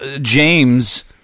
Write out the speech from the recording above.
James